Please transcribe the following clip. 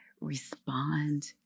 respond